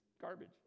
garbage